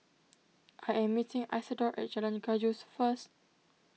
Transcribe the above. I am meeting Isadore at Jalan Gajus first